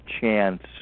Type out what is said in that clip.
chance